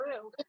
true